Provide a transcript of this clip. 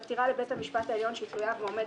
עתירה לבית המשפט העליון שהיא תלויה ועומדת.